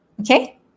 Okay